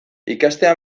ikastea